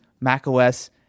macOS